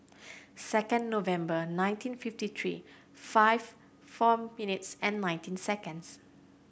second November nineteen fifty three five four minutes and nineteen seconds